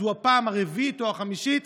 זו הפעם הרביעית או החמישית,